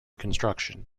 construction